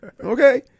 Okay